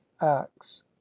acts